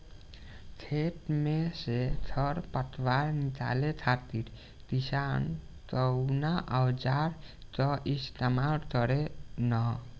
खेत में से खर पतवार निकाले खातिर किसान कउना औजार क इस्तेमाल करे न?